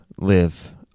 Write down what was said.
live